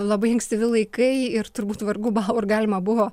labai ankstyvi laikai ir turbūt vargu bau ar galima buvo